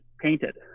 painted